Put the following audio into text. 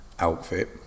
Outfit